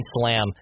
slam